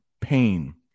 pain